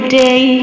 day